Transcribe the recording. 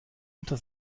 unter